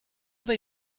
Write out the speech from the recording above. they